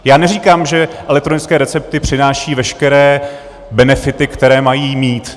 Já neříkám, že elektronické recepty přinášejí veškeré benefity, které mají mít.